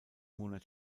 monat